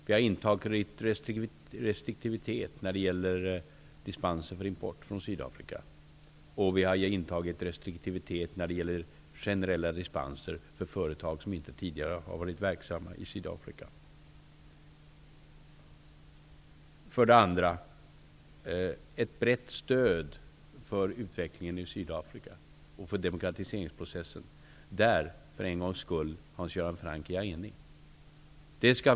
Vi har intagit en restriktiv hållning när det gäller dispenser för import från Sydafrika. Vi har också varit restriktiva när det gäller generella dispenser för företag som inte tidigare har varit verksamma i Sydafrika. Jag är för en gångs skull enig med Hans Göran Franck om att det gäller att åstadkomma ett brett stöd för utvecklingen och demokratiseringsprocessen i Sydafrika.